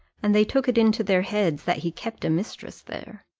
and they took it into their heads that he kept a mistress there.